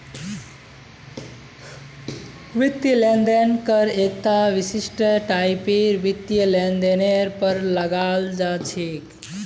वित्तीय लेन देन कर एकता विशिष्ट टाइपेर वित्तीय लेनदेनेर पर लगाल जा छेक